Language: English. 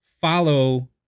follow